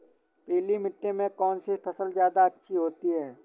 पीली मिट्टी में कौन सी फसल ज्यादा अच्छी होती है?